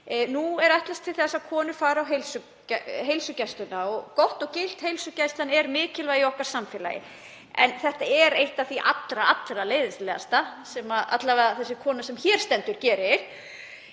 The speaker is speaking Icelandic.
Nú er ætlast til þess að konur fari á heilsugæsluna, sem er gott og gilt, heilsugæslan er mikilvæg í okkar samfélagi, en þetta er eitt af því allra leiðinlegasta sem a.m.k. sú kona sem hér stendur gerir,